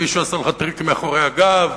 מישהו עשה לך טריק מאחורי הגב,